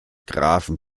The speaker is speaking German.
grafen